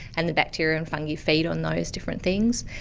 and the bacteria and fungi feed on those different things.